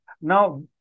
Now